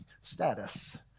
status